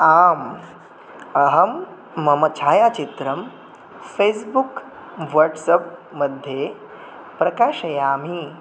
आम् अहं मम छायाचित्रं फ़ेस्बुक् वाट्सप् मध्ये प्रकाशयामि